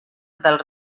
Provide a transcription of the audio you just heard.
del